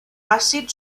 àcid